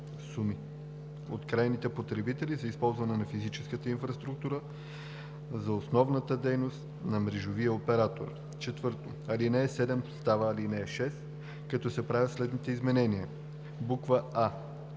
суми от крайните потребители за използване на физическата инфраструктура за основната дейност на мрежовия оператор.“; 4. ал. 7 става ал. 6, като се правят следните изменения: а)